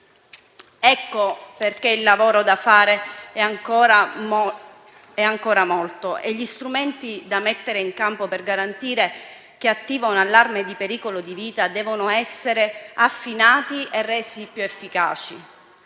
Ecco perché il lavoro da fare è ancora molto e gli strumenti da mettere in campo per garantire chi attiva un allarme di pericolo di vita devono essere affinati e resi più efficaci.